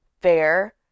fair